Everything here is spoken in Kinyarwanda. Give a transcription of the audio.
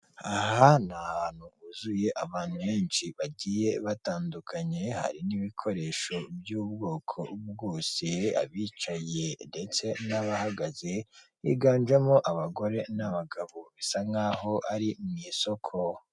Aha ni ahantu huzuye abantu benshi bagiye batandukanye, hari n'ibikoresho by'ubwoko bwose, abicayean ndetse n'abahagaze higanjemo abagore n'abagabo, bisa nk'aho ari mu isoko.